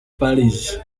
parties